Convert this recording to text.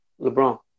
LeBron